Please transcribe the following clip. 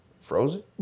frozen